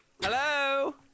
Hello